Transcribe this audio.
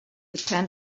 depend